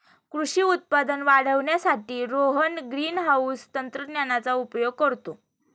कृषी उत्पादन वाढवण्यासाठी रोहन ग्रीनहाउस तंत्रज्ञानाचा उपयोग करतो